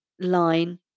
line